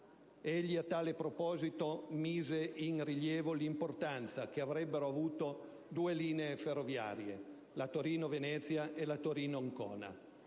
Egli a tale proposito mise in rilievo l'importanza che avrebbero avuto due linee ferroviarie: la Torino-Venezia e la Torino-Ancona.